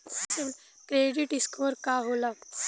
Credit score का होला?